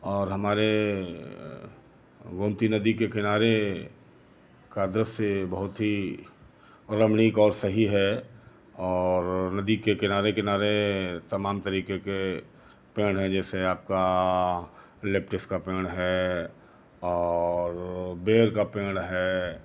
और हमारे गोमती नदी के किनारे का दृश्य बहुत ही रमणीक और सही है और नदी के किनारे किनारे तमाम तरीके से पेड़ हैं जैसे आपका लिपटिस का पेड़ है और बेर का पेड़ है